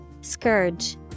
Scourge